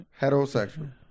heterosexual